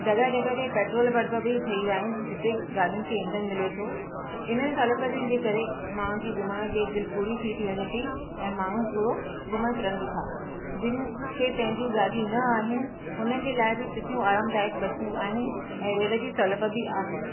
जॻहि जॻहि ते पैट्रोल पंप बि ठही विया आहिनि जिते गाॾियुनि खे ईंधन मिले थो इन सहूलतियुनि जे करे माण्हुनि जी घुमण जी दिलि पूरी थी थी वञे थी ऐं माण्हू पूरो घुमणु फिरण बि था जिनखे पैंजियूं गाॾियूं न आहिनि हुननि जे लाइ बि सुठियूं आरामदायक बसियूं आहिनि ऐं रेल जी सहूलियत बि आहे